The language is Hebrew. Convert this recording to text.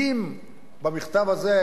אם במכתב הזה,